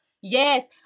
yes